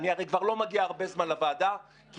אני הרי כבר לא מגיע הרבה זמן לוועדה כי